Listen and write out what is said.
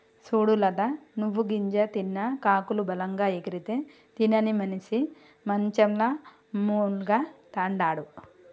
సూడు లత నువ్వు గింజ తిన్న కాకులు బలంగా ఎగిరితే తినని మనిసి మంచంల మూల్గతండాడు